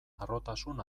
harrotasun